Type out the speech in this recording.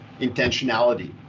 intentionality